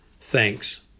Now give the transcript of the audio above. Thanks